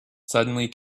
suddenly